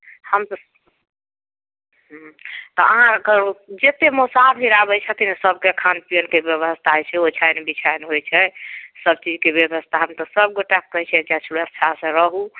हम तऽ तऽ अहाँकऽ जतेक मोसाफिर आबैत छथिन सबके खान पिअनके जे छै ओछायन बिछाओन होयत छै सब चीजके व्यवस्था हम तऽ सबगोटा कऽ कहैत छियै जे सुरक्षासँ रहू